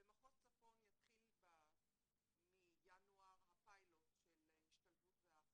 במחוז צפון יתחיל מינואר הפיילוט של השתלבות והכלה,